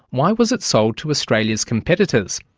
why was it sold to australia's competitors?